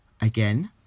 again